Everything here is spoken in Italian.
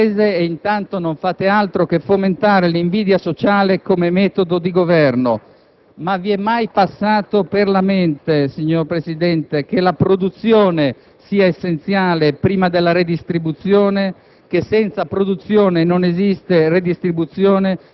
Dite che volete pacificare il Paese e intanto non fate altro che fomentare l'invidia sociale come metodo di Governo. Ma vi è mai passato per la mente, signor Presidente, che la produzione sia essenziale prima della redistribuzione?